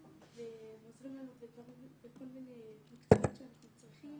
והם עוזרים לנו בכל מיני מקצועות שאנחנו צריכים.